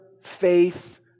faith